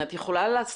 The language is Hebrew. זה לא משנה,